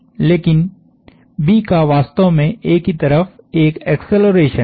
लेकिन B का वास्तव में A की तरफ एक एक्सेलरेशन है